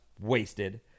wasted